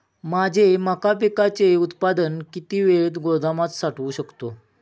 माझे मका पिकाचे उत्पादन किती वेळ गोदामात साठवू शकतो?